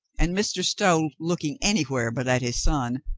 and mr. stow, looking anywhere but at his son,